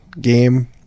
game